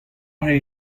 rae